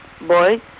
boy